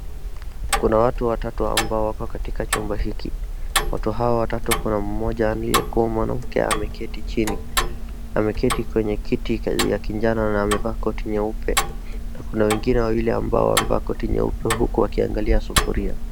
Kuna watu watatu ambao wako katika chumba hiki. watu hao watatu kuna mmoja aliye kuwa mwanamke ameketi chini. Ameketi kwenye kiti kazi ya kijano na amevaa koti nyeupe na kuna wengine wawili ambao wameva koti nyeupe huku wakiangalia sufuria.